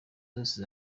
zose